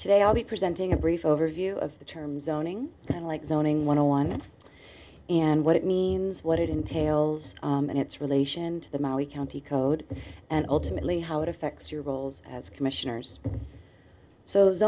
today i'll be presenting a brief overview of the term zoning that like zoning one on one and what it means what it entails and its relation to the maui county code and ultimately how it affects your roles as commissioners so